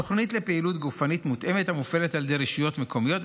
תוכנית לפעילות גופנית מותאמת המופעלת על ידי רשויות מקומיות,